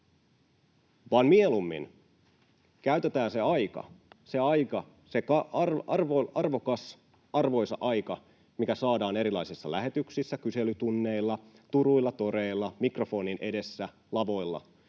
se aika — se arvokas, arvoisa aika, mikä saadaan erilaisissa lähetyksissä, kyselytunneilla, turuilla, toreilla, mikrofonin edessä, lavoilla